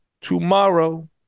tomorrow